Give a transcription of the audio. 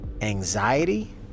anxiety